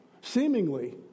Seemingly